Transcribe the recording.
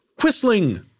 Whistling